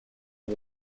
les